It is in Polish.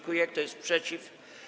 Kto jest przeciw?